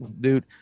Dude